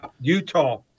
Utah